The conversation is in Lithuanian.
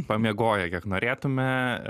pamiegoję kiek norėtume